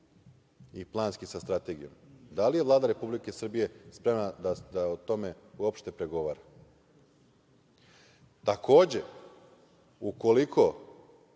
i planski sa strategijom. Da li je Vlada Republike Srbije spremna da o tome uopšte pregovara? Takođe, ukoliko